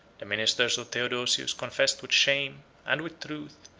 the ministers of theodosius confessed with shame, and with truth,